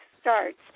starts